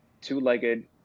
two-legged